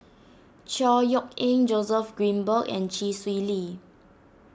Chor Yeok Eng Joseph Grimberg and Chee Swee Lee